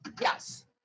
Yes